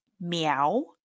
meow